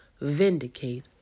vindicate